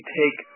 take